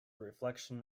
reflection